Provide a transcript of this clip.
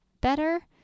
better